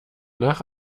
nach